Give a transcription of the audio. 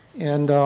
and